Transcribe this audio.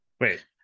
Wait